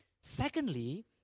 Secondly